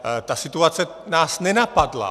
Ale ta situace nás nenapadla.